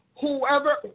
Whoever